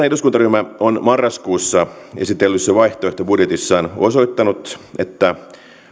eduskuntaryhmä on marraskuussa esitellyssä vaihtoehtobudjetissaan osoittanut että